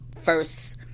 first